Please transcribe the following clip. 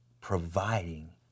providing